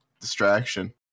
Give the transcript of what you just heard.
distraction